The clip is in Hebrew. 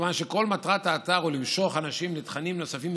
מכיוון שכל מטרת האתר היא למשוך אנשים לתכנים נוספים,